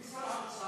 מי שר האוצר?